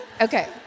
Okay